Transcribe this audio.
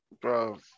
Bro